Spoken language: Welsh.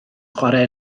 chwarae